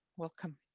welcome.